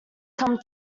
come